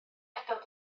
adael